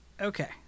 Okay